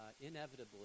inevitably